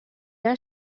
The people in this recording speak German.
der